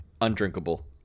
Undrinkable